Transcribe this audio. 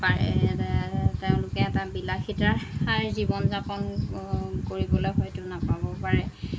পাৰে তেওঁলোকে এটা বিলাসিতাৰ জীৱন যাপন কৰিবলৈ হয়তো নাপাবও পাৰে